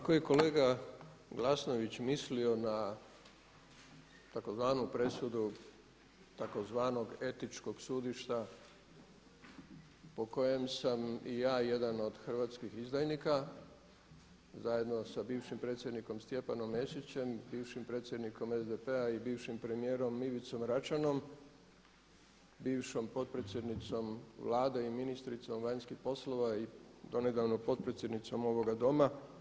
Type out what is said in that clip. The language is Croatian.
Ako je kolega Glasnović mislio na tzv. presudu tzv. etičkog sudišta po kojem sam i ja jedan od hrvatskih izdajnika zajedno sa bivšim predsjednikom Stjepanom Mesićem, bivšim predsjednikom SDP-a i bivšim premijerom Ivicom Račanom, bivšom potpredsjednicom Vlade i ministricom vanjskih poslova i donedavno potpredsjednicom ovoga doma.